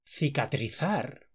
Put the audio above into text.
Cicatrizar